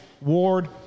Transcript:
Ward